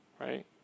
Right